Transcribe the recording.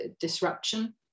disruption